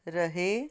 ਰਹੇ